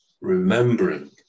remembering